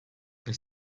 they